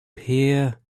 hear